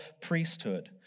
priesthood